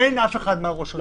אין אף אחד מעל ראש הרשות.